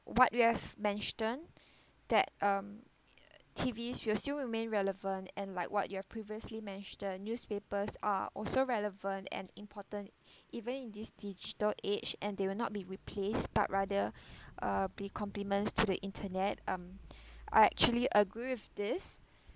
what you have mentioned that um T_V will still remain relevant and like what you've previously mentioned newspapers are also relevant and important even in this digital age and they will not be replaced but rather um be complements to the internet um I actually agree with this